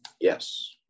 Yes